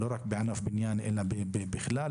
לא רק בענף הבניין אלא בכלל.